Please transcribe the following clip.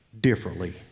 differently